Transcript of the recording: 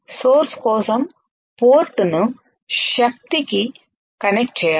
source కోసం port ని శక్తికి కనెక్ట్ చేయాలి